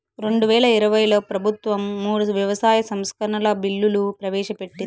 రెండువేల ఇరవైలో ప్రభుత్వం మూడు వ్యవసాయ సంస్కరణల బిల్లులు ప్రవేశపెట్టింది